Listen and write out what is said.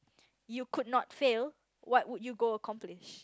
you could not fail what would you go accomplish